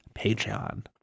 Patreon